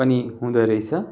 पनि हुँदो रहेछ